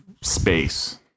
space